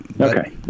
Okay